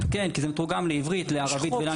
כן, כי זה מתורגם לעברית, לערבית ולאנגלית.